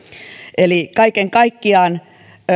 eli kaiken kaikkiaan